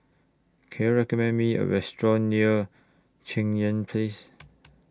Can YOU recommend Me A Restaurant near Cheng Yan Place